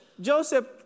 Joseph